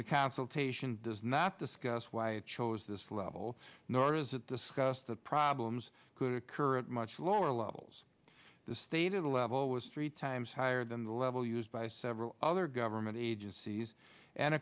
the consultation does not discuss why it chose this level nor is it discussed the problems could occur at much lower levels the stated level was three times higher than the level used by several other government agencies and